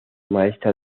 maestra